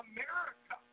America